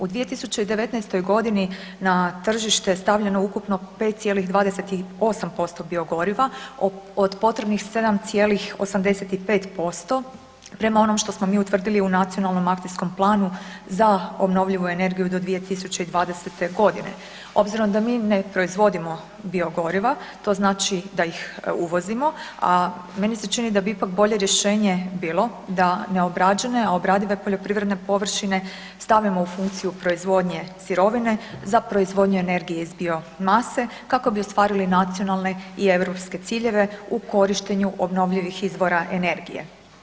U 2019. g. na tržište je stavljeno ukupno 5,28% biogoriva, od potrebnih 7,85% prema onom što smo mi utvrdili u Nacionalnom akcijskom planu za obnovljivu energiju do 2020. g. Obzirom da mi ne proizvodimo biogoriva, to znači da ih uvozimo, a meni se čini da bi ipak bolje rješenje bilo da neobrađene, a obradive poljoprivredne površine stavimo u funkciju proizvodnje sirovine za proizvodnju energije iz biomase kako bi ostvarili nacionalne i europske ciljeve u korištenju obnovljivih izvora energije.